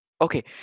Okay